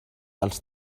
els